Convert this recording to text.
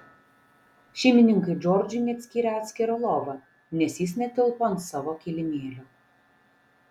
šeimininkai džordžui net skyrė atskirą lovą nes jis netilpo ant savo kilimėlio